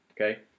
okay